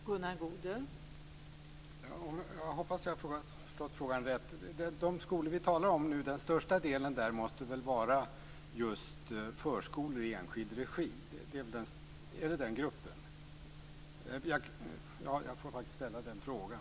Fru talman! Jag hoppas att jag har förstått frågan rätt. Till största delen talar vi om förskolor i enskild regi. Är det den gruppen? Jag måste faktiskt ställa den frågan.